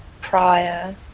prior